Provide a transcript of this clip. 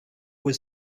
was